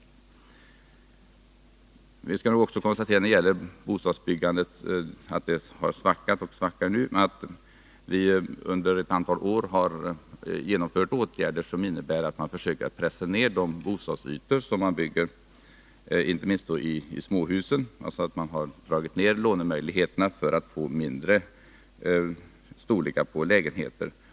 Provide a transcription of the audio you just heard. Vi kan också konstatera, när vi talar om att bostadsbyggandet har varit och är i en svacka, att vi under ett antal år har vidtagit åtgärder som innebär att man försöker pressa ned bostadsytorna inte minst i de småhus som byggs. Man har alltså ändrat lånebestämmelserna — dragit ned lånen — för att få mindre storlekar på lägenheterna.